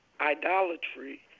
idolatry